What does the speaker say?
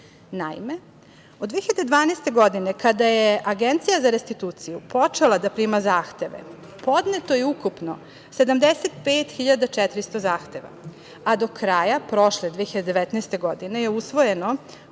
godine. Naime, od 2012. godine kada je Agencija za restituciju počela da prima zahteve, podneto je ukupno 75.400 zahteva, a do kraja prošle, 2019. godine, usvojeno